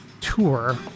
tour